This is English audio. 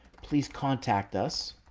please contact us